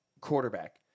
quarterback